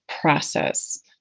process